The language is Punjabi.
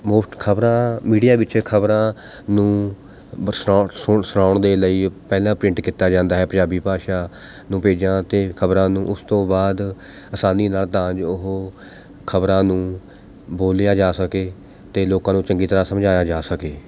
ਮੁਫਤ ਖਬਰਾਂ ਮੀਡੀਆ ਵਿੱਚ ਖਬਰਾਂ ਨੂੰ ਸੁਣ ਸੁਣਾਉਣ ਦੇ ਲਈ ਪਹਿਲਾਂ ਪ੍ਰਿੰਟ ਕੀਤਾ ਜਾਂਦਾ ਹੈ ਪੰਜਾਬੀ ਭਾਸ਼ਾ ਨੂੰ ਪੇਜਾਂ 'ਤੇ ਖਬਰਾਂ ਨੂੰ ਉਸ ਤੋਂ ਬਾਅਦ ਆਸਾਨੀ ਨਾਲ਼ ਤਾਂ ਜੋ ਉਹ ਖਬਰਾਂ ਨੂੰ ਬੋਲਿਆ ਜਾ ਸਕੇ ਅਤੇ ਲੋਕਾਂ ਨੂੰ ਚੰਗੀ ਤਰ੍ਹਾਂ ਸਮਝਾਇਆ ਜਾ ਸਕੇ